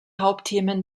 hauptthemen